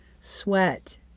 sweat